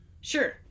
Sure